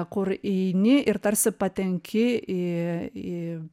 kur įeini ir tarsi patenki į į